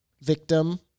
victim